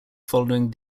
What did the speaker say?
following